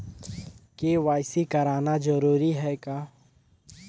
KYC कराना जरूरी है का?